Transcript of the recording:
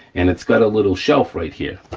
and it's got a little shelf right here,